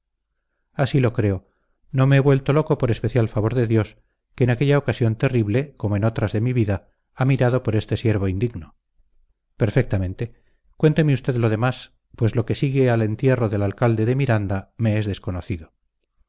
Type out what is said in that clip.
así lo creo no me he vuelto loco por especial favor de dios que en aquella ocasión terrible como en otras de mi vida ha mirado por este siervo indigno perfectamente cuénteme usted lo demás pues lo que sigue al entierro del alcalde de miranda me es desconocido